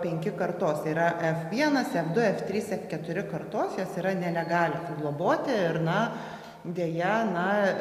penki kartos yra f vienas f du f trys f keturi kartos jos yra nelegalios globoti ir na deja na